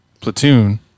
Platoon